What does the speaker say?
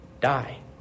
die